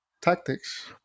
tactics